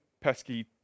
pesky